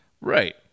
Right